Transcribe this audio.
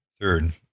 third